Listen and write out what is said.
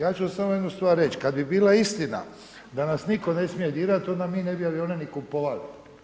Ja ću samo jednu stvar reć, kad bi bila istina da nas nitko ne smije dirat, onda mi ne bi avione ni kupovali.